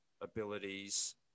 abilities